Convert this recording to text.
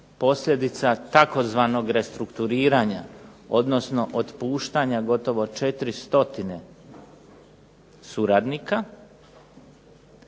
posljedica tzv. restrukturiranja odnosno otpuštanja gotovo 400 suradnika,